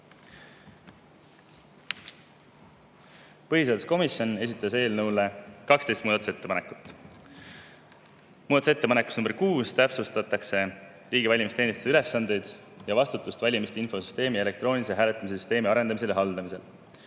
Põhiseaduskomisjon esitas eelnõu kohta 12 muudatusettepanekut. Muudatusettepanekuga nr 6 täpsustatakse riigi valimisteenistuse ülesandeid ja vastutust valimiste infosüsteemi ja elektroonilise hääletamise süsteemi arendamisel ja haldamisel.